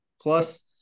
plus